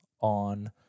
on